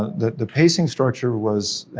the the pacing structure was,